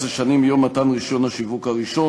אתם אישרתם גירעון ויש חור תקציבי,